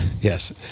Yes